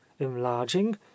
enlarging